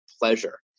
pleasure